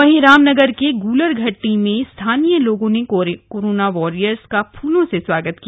वही रामनगर के गूलरघ ट्टी में स्थानीय लोगों ने कोरोना वारियर्स का फूलों से स्वागत किया